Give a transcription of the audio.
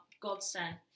godsend